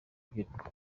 rubyiruko